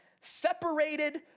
separated